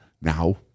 now